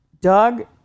Doug